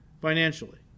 financially